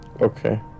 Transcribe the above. Okay